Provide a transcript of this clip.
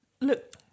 look